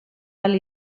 ahal